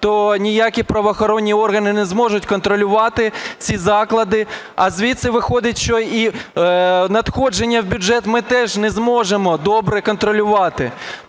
то ніякі правоохоронні органи не зможуть контролювати ці заклади, а звідси виходить, що і надходження в бюджет ми теж не зможемо добре контролювати.